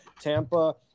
Tampa